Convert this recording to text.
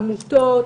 עמותות,